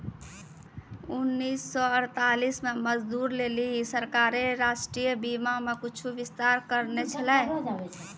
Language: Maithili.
उन्नीस सौ अड़तालीस मे मजदूरो लेली सरकारें राष्ट्रीय बीमा मे कुछु विस्तार करने छलै